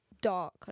dark